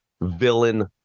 villain